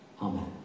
Amen